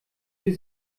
für